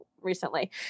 recently